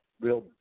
real